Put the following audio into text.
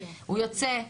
הוא יוצא,